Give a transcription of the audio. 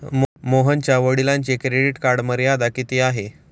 मोहनच्या वडिलांची credit card मर्यादा किती आहे?